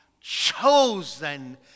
chosen